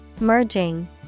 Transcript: Merging